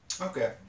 okay